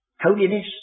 holiness